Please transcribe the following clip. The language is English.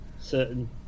certain